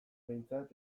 behintzat